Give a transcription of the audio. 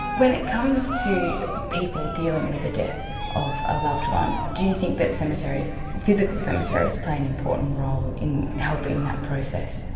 when it comes to people dealing with a death of a loved one, do you think that physical cemeteries play an important role in helping that process?